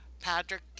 patrick